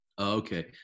okay